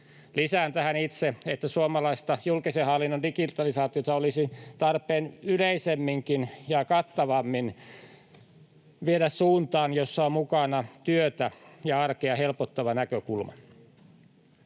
Lisään tähän itse, että suomalaista julkisen hallinnon digitalisaatiota olisi tarpeen yleisemminkin ja kattavammin viedä suuntaan, jossa on mukana työtä ja arkea helpottava näkökulma.